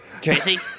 Tracy